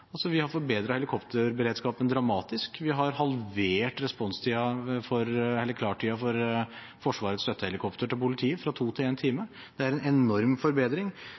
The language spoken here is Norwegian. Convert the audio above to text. Vi har forbedret helikopterberedskapen dramatisk. Vi har halvert responstiden, eller klartiden, for Forsvarets støttehelikopter til politiet fra to til én time. Det er en enorm forbedring.